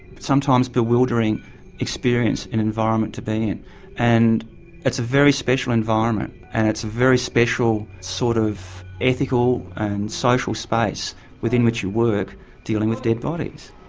sometimes bewildering experience and environment to be in and it's a very special environment and it's a very special sort of ethical and social space within which you work dealing with dead bodies.